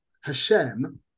hashem